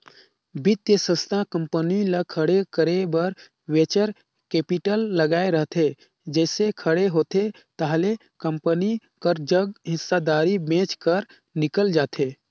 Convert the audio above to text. बित्तीय संस्था कंपनी ल खड़े करे बर वेंचर कैपिटल लगाए रहिथे जइसे खड़े होथे ताहले कंपनी कर जग हिस्सादारी बेंच कर निकल जाथे